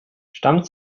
stammt